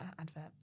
advert